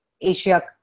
Asia